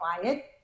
quiet